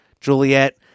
Juliet